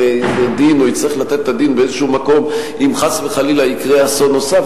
לדין או יצטרך לתת את הדין באיזה מקום אם חס וחלילה יקרה אסון נוסף.